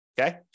okay